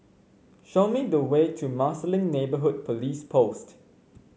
show me the way to Marsiling Neighbourhood Police Post